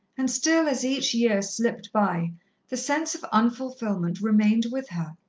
and still as each year slipped by the sense of unfulfilment remained with her,